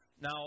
Now